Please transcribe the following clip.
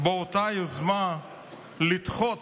באותה יוזמה לדחות